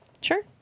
Sure